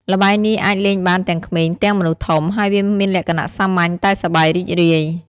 ល្បែងនេះអាចលេងបានទាំងក្មេង ទាំងមនុស្សធំ ហើយវាមានលក្ខណៈសាមញ្ញតែសប្បាយរីករាយ ។